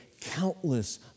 countless